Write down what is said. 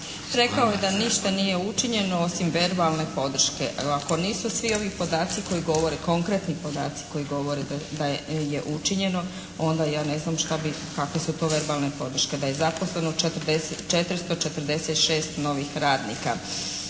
Rekao je da ništa nije učinjeno osim verbalne podrške. Ako nisu svi ovi podaci koji govore, konkretni podaci koji govore da je učinjeno onda ja ne znam kakve su to verbalne podrške, da je zaposleno 446 novih radnika,